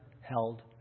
held